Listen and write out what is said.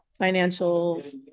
financials